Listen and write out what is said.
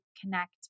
connect